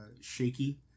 shaky